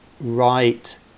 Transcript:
right